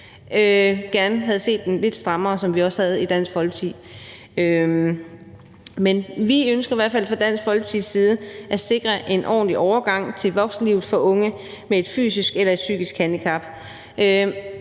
side ønsker vi i hvert fald at sikre en ordentlig overgang til voksenlivet for unge med et fysisk eller et psykisk handicap.